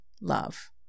love